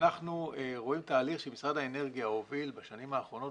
אנחנו רואים תהליך שמשרד האנרגיה הוביל בשנים האחרונות,